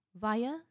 via